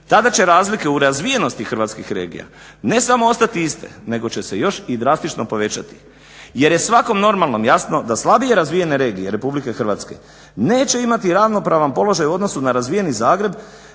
tada će razlike u razvijenosti Europske unije hrvatskih regija ne samo ostati iste nego će se još i drastično povećati jer je svakom normalnom jasno da slabije razvijene regije Republike Hrvatske neće imati ravnopravan položaj u odnosu na razvijeni Zagreb